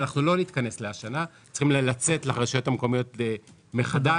לא נתכנס - צריך לצאת לרשויות המקומיות מחדש.